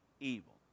evil